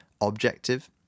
objective